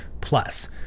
plus